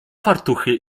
fartuchy